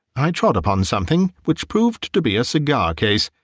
i trod upon something which proved to be a cigar-case.